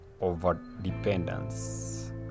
over-dependence